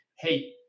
hey